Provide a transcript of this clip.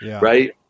Right